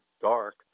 dark